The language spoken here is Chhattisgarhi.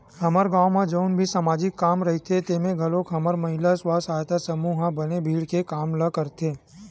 हमर गाँव म जउन भी समाजिक काम रहिथे तेमे घलोक हमर महिला स्व सहायता समूह ह बने भीड़ के काम ल करथे